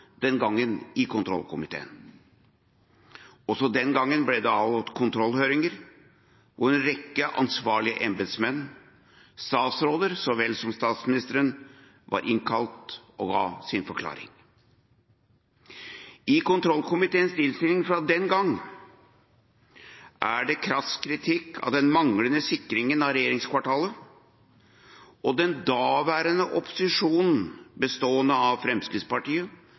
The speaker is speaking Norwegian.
den gangen i kontrollkomiteen. Også den gangen ble det avholdt kontrollhøringer, hvor en rekke ansvarlige embetsmenn og statsråder så vel som statsministeren var innkalt og ga sin forklaring. I kontrollkomiteens innstilling fra den gang er det krass kritikk av den manglende sikringen av regjeringskvartalet, og den daværende opposisjonen bestående av Fremskrittspartiet,